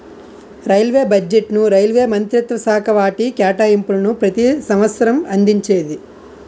railway బడ్జెట్ను railway మంత్రిత్వశాఖ వాటి కేటాయింపులను ప్రతి సంవసరం అందించేది